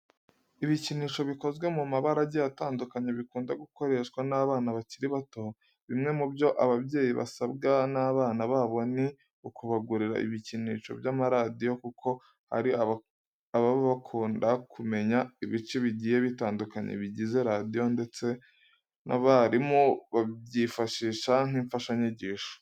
Ibikinisho bikozwe mu mabara agiye atandukanye bikunda gukoreshwa n'abana bakiri bato. Bimwe mu byo ababyeyi basabwa n'abana babo ni ukubagurira ibikinisho by'amaradiyo kuko hari ababa bakunda kumenya ibice bigiye bitandukanye bigize radiyo ndetse n'abarimu babyifashisha nk'imfashanyigisho.